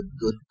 good